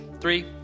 three